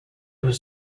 was